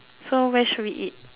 so where should we eat